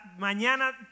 mañana